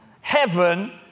Heaven